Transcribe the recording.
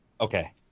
Okay